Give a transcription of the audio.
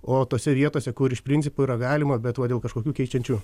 o tose vietose kur iš principo yra galima be va dėl kažkokių keičiančių